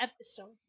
episode